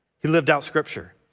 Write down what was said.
he lived out scripture.